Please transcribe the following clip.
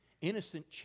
innocent